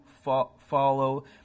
follow